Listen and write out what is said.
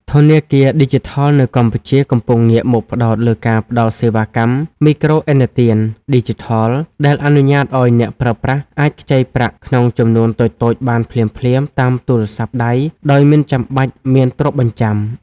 ធនាគារឌីជីថលនៅកម្ពុជាកំពុងងាកមកផ្ដោតលើការផ្ដល់សេវាកម្ម មីក្រូឥណទានឌីជីថល ដែលអនុញ្ញាតឱ្យអ្នកប្រើប្រាស់អាចខ្ចីប្រាក់ក្នុងចំនួនតូចៗបានភ្លាមៗតាមទូរស័ព្ទដៃដោយមិនចាំបាច់មានទ្រព្យបញ្ចាំ។